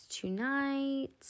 tonight